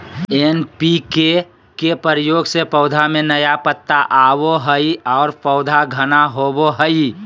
NPK के प्रयोग से पौधा में नया पत्ता आवो हइ और पौधा घना होवो हइ